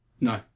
No